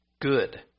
good